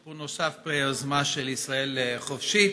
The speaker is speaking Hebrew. סיפור נוסף ביוזמה של ישראל חופשית,